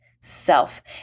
self